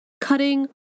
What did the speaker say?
cutting